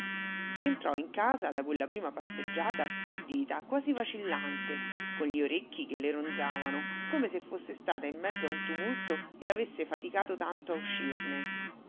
rientrò in casa da quella prima passeggiata stordita quasi vacillante con gli orecchi che le ronzavano come se fosse stata in mezzo a un tumulto e avesse faticato tanto a uscirne